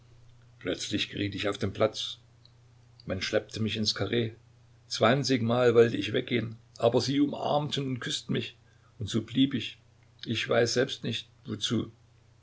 plötzlich geriet ich auf den platz man schleppte mich ins karree zwanzigmal wollte ich weggehen aber sie umarmten und küßten mich und so blieb ich ich weiß selbst nicht wozu